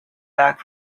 back